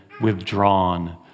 withdrawn